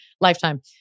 lifetime